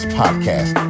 podcast